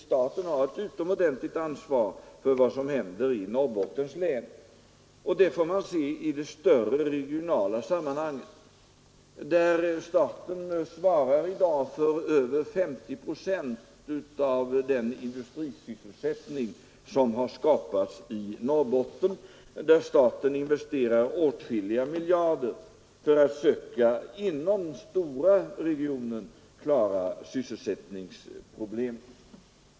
Staten har ett utomordentligt ansvar för vad som händer i Norrbottens län, och det får man se i det större regionala sammanhanget, där staten i dag svarar för över 50 procent av den industrisysselsättning som har skapats i Norrbotten, där staten investerar åtskilliga miljarder kronor för att söka, inom den stora regionen, klara sysselsättningsproblemen.